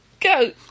go